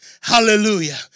Hallelujah